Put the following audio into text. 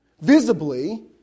visibly